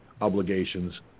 obligations